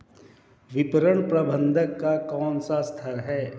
विपणन प्रबंधन का कौन सा स्तर है?